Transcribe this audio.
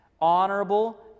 honorable